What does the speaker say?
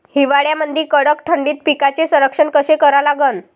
हिवाळ्यामंदी कडक थंडीत पिकाचे संरक्षण कसे करा लागन?